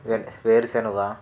వే వేరుశనుగ